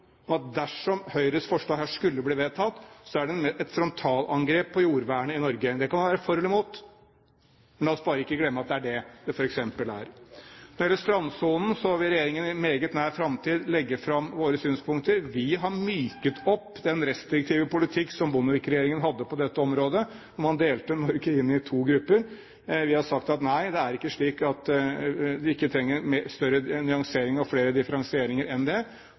et frontalangrep på jordvernet i Norge. Det kan en være for eller imot, men la oss bare ikke glemme at det er det det bl.a. er. Når det gjelder strandsonen, vil regjeringen i meget nær framtid legge fram sine synspunkter. Vi har myket opp den restriktive politikken som Bondevik-regjeringen hadde på dette området, hvor man delte Norge inn i to grupper. Vi har sagt at det er ikke slik at vi ikke trenger større nyansering og flere differensieringer enn det, og vi har lagt opp til det i våre forslag. Skumsvoll var inne på faren for byråkratisk firkantethet, og det er jeg enig i. Jeg tror ikke det